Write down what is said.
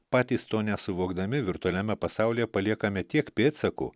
patys to nesuvokdami virtualiame pasaulyje paliekame tiek pėdsakų